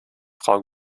frau